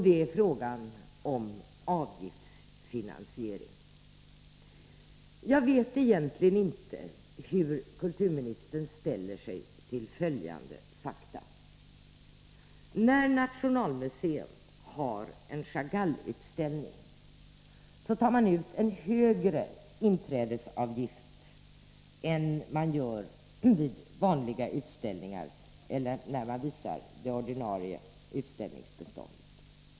Det är frågan om avgiftsfinansiering. Jag vet egentligen inte hur kulturministern ställer sig till följande fakta. När Moderna muséet har en Chagallutställning tar man ut en högre inträdesavgift än man gör vid vanliga utställningar eller när man visar det ordinarie utställningsbeståndet.